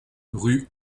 rue